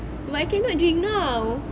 but I cannot drink now